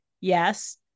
yes